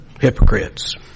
hypocrites